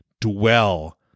dwell